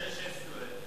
שש-עשרה.